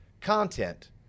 content